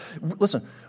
Listen